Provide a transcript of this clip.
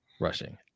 rushing